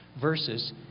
versus